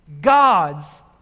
God's